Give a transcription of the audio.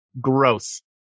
gross